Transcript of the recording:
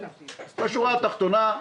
בשורה התחתונה,